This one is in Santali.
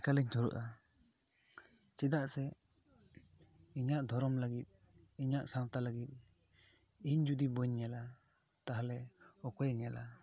ᱮᱠᱟᱞᱤᱧ ᱫᱷᱩᱨᱟᱹᱜᱼᱟ ᱪᱮᱫᱟᱜ ᱥᱮ ᱤᱧᱟᱹᱜ ᱫᱷᱚᱨᱚᱢ ᱞᱟᱹᱜᱤᱫ ᱤᱧᱟᱹᱜ ᱥᱟᱶᱛᱟ ᱞᱟᱹᱜᱤᱫ ᱤᱧ ᱡᱩᱫᱤ ᱵᱟᱹᱧ ᱧᱮᱞᱟ ᱛᱟᱦᱚᱞᱮ ᱚᱠᱚᱭᱮ ᱧᱮᱞᱟ